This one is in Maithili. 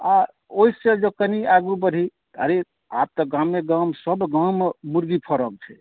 आ ओहिसंँ जँ कनि आगूँ बढ़ी अरे आब तऽ गामे गाम सभ गाम मुर्गी फार्म छै